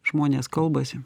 žmonės kalbasi